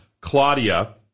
Claudia